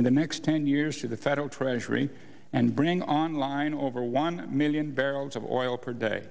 in the next ten years to the federal treasury and bringing online over one million barrels of oil per day